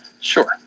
Sure